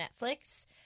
Netflix